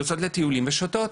יוצאות לטיולים ושותות.